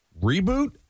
reboot